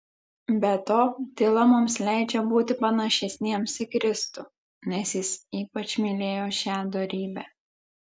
be to tyla mums leidžia būti panašesniems į kristų nes jis ypač mylėjo šią dorybę